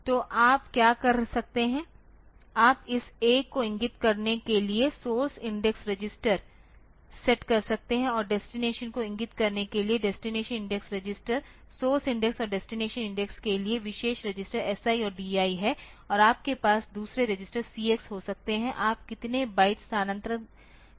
तो आप क्या कर सकते हैं आप इस एक को इंगित करने के लिए सोर्स इंडेक्स रजिस्टर सेट कर सकते हैं और डेस्टिनेशन को इंगित करने के लिए destination index register source index और डेस्टिनेशन इंडेक्स के लिए विशेष रजिस्टर SI और DI हैं और आपके पास दूसरे रजिस्टर CX हो सकते हैं आप कितने बाइट स्थानान्तरण करना चाहते हैं